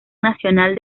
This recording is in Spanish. nacional